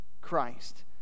Christ